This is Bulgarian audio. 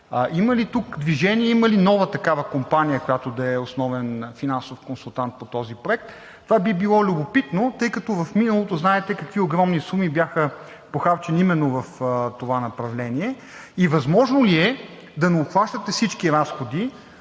Има ли тук движение? Има ли нова такава компания, която да е основен финансов консултант по този проект? Това би било любопитно, тъй като в миналото знаете какви огромни суми бяха похарчени именно в това направление. Възможно ли е да не обхващате всички разходи